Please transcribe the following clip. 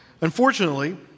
unfortunately